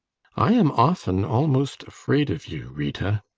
i am often almost afraid of you, rita.